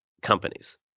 companies